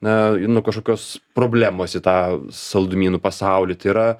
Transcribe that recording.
na nuo kažkokios problemos į tą saldumynų pasaulį tai yra